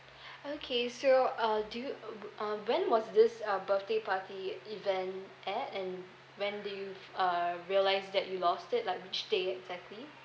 okay so uh do you uh when was this uh birthday party event at and when did you f~ uh realise that you lost it like which day exactly